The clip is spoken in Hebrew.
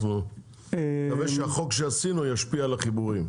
אני מקווה שהחוק שעשינו ישפיעו על החיבורים.